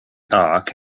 arc